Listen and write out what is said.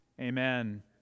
Amen